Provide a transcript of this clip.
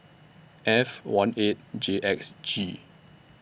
F one eight J X G